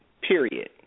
period